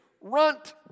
runt